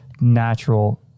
natural